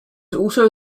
also